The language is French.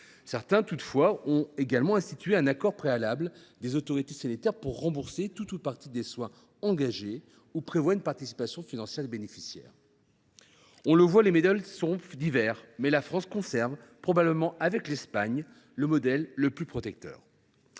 certains pays ont également institué un accord préalable des autorités sanitaires pour rembourser tout ou toute partie des soins engagés ou prévoient une participation financière des bénéficiaires. On le voit, les modèles sont divers, mais la France conserve, probablement avec l’Espagne, le modèle le plus protecteur.